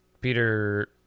Peter